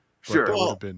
Sure